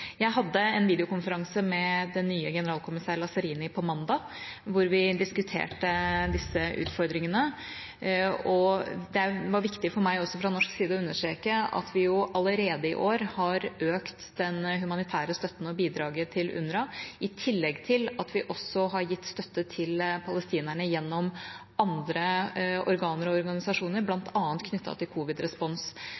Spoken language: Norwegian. Jeg hadde en videokonferanse med den nye generalkommissæren, Lazzarini, på mandag, hvor vi diskuterte disse utfordringene, og det var viktig for meg fra norsk side også å understreke at vi allerede i år har økt den humanitære støtten og bidraget til UNWRA, i tillegg til at vi også har gitt støtte til palestinerne gjennom andre organer og organisasjoner,